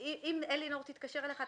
אם אלינור ממזכירות הכנסת תתקשר אליך,